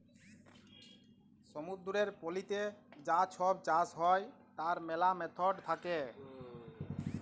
সমুদ্দুরের পলিতে যা ছব চাষ হ্যয় তার ম্যালা ম্যাথড থ্যাকে